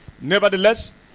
nevertheless